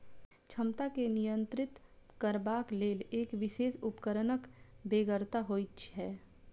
क्षमता के नियंत्रित करबाक लेल एक विशेष उपकरणक बेगरता होइत छै